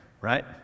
right